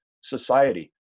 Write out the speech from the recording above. society